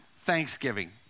Thanksgiving